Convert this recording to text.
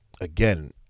again